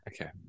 Okay